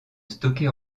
stocker